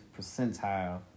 percentile